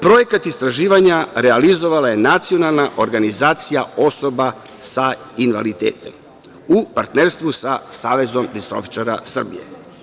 Projekat istraživanja realizovala je Nacionalna organizacija osoba sa invaliditetom, u partnerstvu sa Savezom distrofičara Srbije.